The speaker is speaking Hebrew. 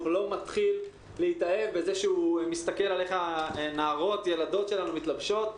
לא מתחיל להתאהב בזה שהוא מסתכל איך הילדות והנערות שלנו מתלבשות.